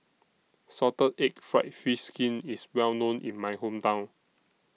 Salted Egg Fried Fish Skin IS Well known in My Hometown